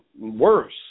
worse